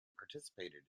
participated